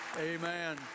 Amen